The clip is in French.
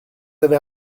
avez